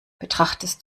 betrachtest